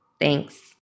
Thanks